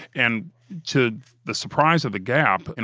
and to the surprise of the gap, and